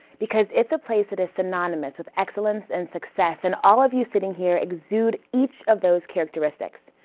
because it's a place that is synonymous with excellence and success and all of you sitting here exude each of those characteristics.